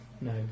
no